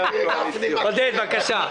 עודד, בבקשה.